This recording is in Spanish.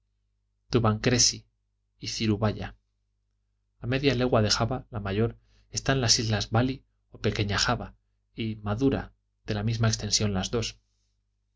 ciparafídain tubancressi y cirubaya a media legua de java la mayor están las islas bali o pequeña java y madura de la misma extensión las dos